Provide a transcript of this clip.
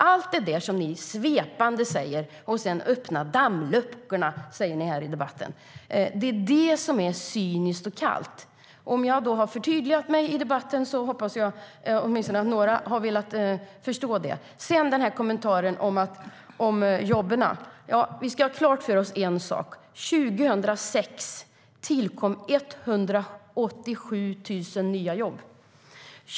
Allt det säger ni svepande och talar om dammluckorna som öppnas. Det är cyniskt och kallt. Därmed har jag förtydligat mig i den frågan, och jag hoppas att åtminstone några har velat förstå det. Sedan gällde det jobben. Vi ska ha klart för oss en sak, nämligen att 2006 tillkom 187 000 nya jobb.